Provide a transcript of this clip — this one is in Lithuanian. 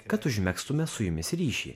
kad užmegztume su jumis ryšį